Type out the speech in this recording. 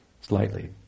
slightly